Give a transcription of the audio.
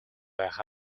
байх